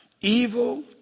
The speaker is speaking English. Evil